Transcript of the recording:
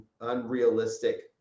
unrealistic